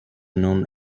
known